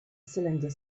cylinder